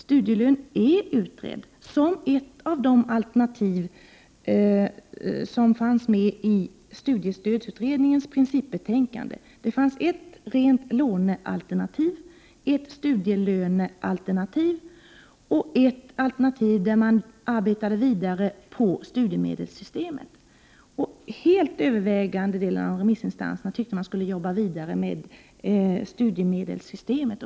Studielön har utretts som ett av de alternativ som fanns med i studiestödsutredningens principbetänkande. Det fanns ett rent lånealternativ, ett studielönealternativ och ett alternativ i vilket man arbetade vidare på studiemedelssystemet. Den helt övervägande delen av remissinstanserna tyckte att man skulle arbeta vidare med och förbättra studiemedelssystemet.